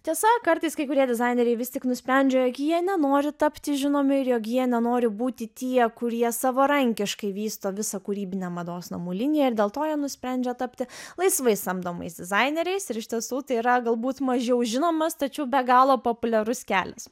tiesa kartais kai kurie dizaineriai vis tik nusprendžia jog jie nenori tapti žinomi ir jog jie nenori būti tie kurie savarankiškai vysto visą kūrybinę mados namų liniją ir dėl to jie nusprendžia tapti laisvai samdomais dizaineriais ir iš tiesų tai yra galbūt mažiau žinomas tačiau be galo populiarus kelias